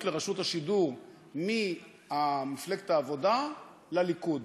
לרשות השידור ממפלגת העבודה לליכוד.